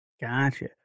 Gotcha